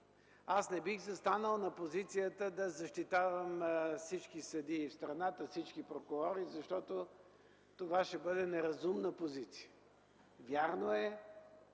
Аз не бих застанал на позицията да защитавам всички съдии в страната, всички прокурори, защото това ще бъде неразумна позиция. Вярно е,